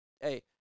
hey